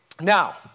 Now